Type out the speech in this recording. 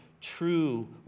true